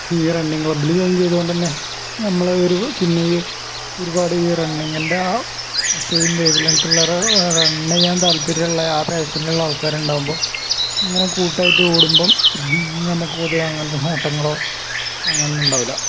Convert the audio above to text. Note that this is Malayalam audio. ഈ റണ്ണിങ് ക്ലബ്ബില് ജോയിൻ ചെയ്തോണ്ട് തന്നെ നമ്മൾ ഒരു പിന്നെ ഈ ഒരുപാട് ഈ റണ്ണിങിന്റ സെയിം വേവ് ലെങ്ത് ഉള്ളവരെ റണ്ണിയാൻ താൽപര്യമുള്ള ആ പേഷനിലുള്ള ആൾക്കാരിണ്ടാവുമ്പോൾ ഇങ്ങനെ കൂട്ടായിട്ട് ഓടുമ്പം നമുക്കും അതെ അങ്ങനത്തെ ഓട്ടങ്ങളോ അങ്ങനെ ഒന്നും ഉണ്ടാവൂല